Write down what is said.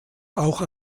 auch